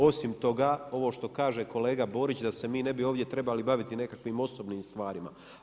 Osim toga, ovo što kaže kolega Borić da se mi ne bi ovdje trebali baviti nekakvim osobnim stvarima.